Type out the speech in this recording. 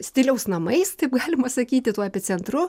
stiliaus namais taip galima sakyti tuo epicentru